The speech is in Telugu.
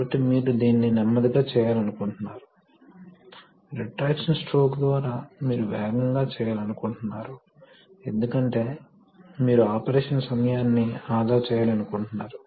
కాబట్టి మీరు దీన్ని ఉపయోగించి వాల్యూమ్ ప్రవాహం రేటును లెక్కించవచ్చు మనము దేనినీ గణించడం లేదు మనము ఆపరేషన్ను మాత్రమే అర్థం చేసుకుంటున్నాము